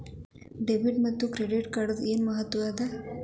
Debit ಮತ್ತ credit ಕಾರ್ಡದ್ ಏನ್ ಮಹತ್ವ ಅದ?